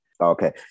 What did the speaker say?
Okay